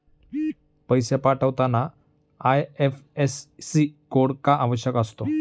पैसे पाठवताना IFSC code का आवश्यक असतो?